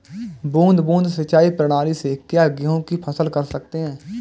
बूंद बूंद सिंचाई प्रणाली से क्या गेहूँ की फसल कर सकते हैं?